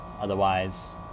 Otherwise